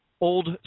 old